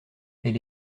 elle